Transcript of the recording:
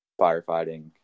firefighting